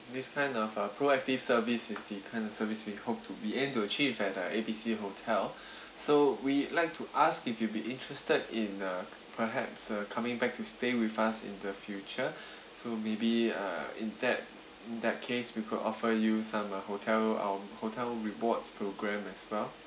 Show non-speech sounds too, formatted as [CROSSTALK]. this kind of a proactive service is the kind of service we hope to we aim to achieve at the A B C hotel [BREATH] so we like to ask if you be interested in uh perhaps uh coming back to stay with us in the future [BREATH] so maybe uh in that in that case we could offer you some uh hotel our hotel rewards program as well